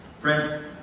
Friends